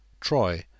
Troy